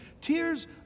Tears